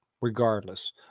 regardless